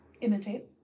Imitate